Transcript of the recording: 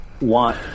want